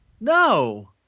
no